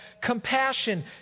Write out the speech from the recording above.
compassion